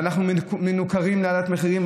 ואנחנו מנוכרים לעליית המחירים,